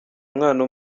umwana